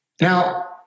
Now